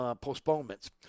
Postponements